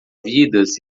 vidas